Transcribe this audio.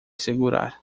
segurar